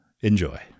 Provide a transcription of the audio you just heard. Enjoy